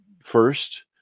first